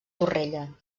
torrella